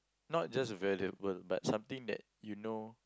not just valuable but something that you know